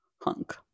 Hunk